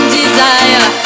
desire